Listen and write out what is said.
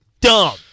dumb